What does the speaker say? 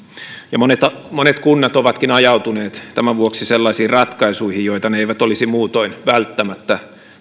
monet monet kunnat ovatkin ajautuneet tämän vuoksi sellaisiin ratkaisuihin joita ne eivät olisi muutoin välttämättä